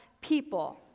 people